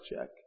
check